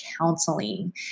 counseling